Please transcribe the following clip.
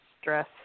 Stress